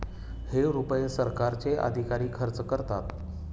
हे रुपये सरकारचे अधिकारी खर्च करतात